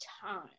time